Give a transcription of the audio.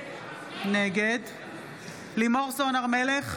נגד לימור סון הר מלך,